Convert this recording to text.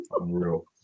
unreal